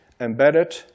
embedded